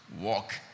walk